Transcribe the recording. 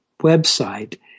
website